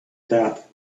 death